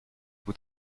vous